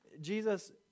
Jesus